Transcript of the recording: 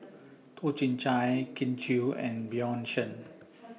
Toh Chin Chye Kin Chui and Bjorn Shen